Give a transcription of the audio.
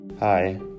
Hi